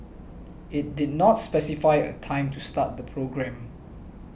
it did not specify a time to start the programme